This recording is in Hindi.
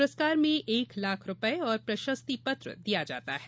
पुरस्कार में एक लाख रुपये और प्रशस्तिपत्र दिया जाता है